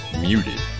muted